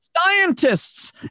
scientists